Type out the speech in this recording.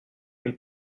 une